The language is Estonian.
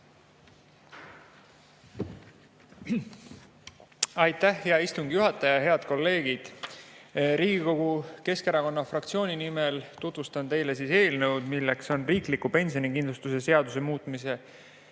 Aitäh, hea istungi juhataja! Head kolleegid! Riigikogu Keskerakonna fraktsiooni nimel tutvustan teile riikliku pensionikindlustuse seaduse muutmise